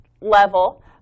level